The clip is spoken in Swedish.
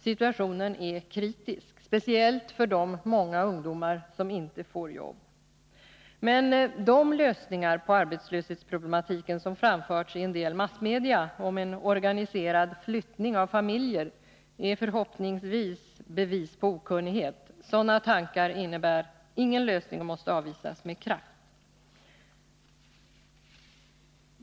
Situationen är kritisk, speciellt för de många ungdomar som inte får jobb. 2 Men de lösningar på arbetslöshetsproblematiken som framförts i en del massmedia om en organiserad flyttning av familjer är förhoppningsvis bevis på okunnighet. Sådana tankar innebär ingen lösning och måste avvisas med kraft.